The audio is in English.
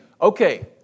okay